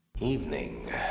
Evening